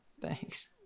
Thanks